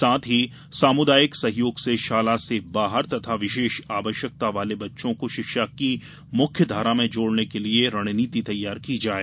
साथ ही सामुदायिक सहयोग से शाला से बाहर तथा विशेष आवश्यकता वाले बच्चों को शिक्षा की मुख्य धारा में जोड़ने के लिये रणनीति तैयार की जाये